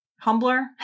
humbler